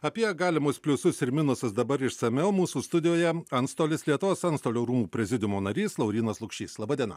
apie galimus pliusus ir minusus dabar išsamiau mūsų studijoje antstolis lietuvos antstolių rūmų prezidiumo narys laurynas lukšys laba diena